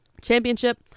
Championship